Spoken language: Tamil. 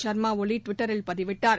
ஷர்மா ஒலிட்விட்டரில் பதிவிட்டார்